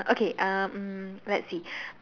okay uh mm let's see